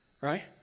Right